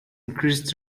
increased